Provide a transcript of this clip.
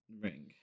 Ring